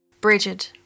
Brigid